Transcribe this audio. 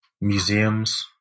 Museums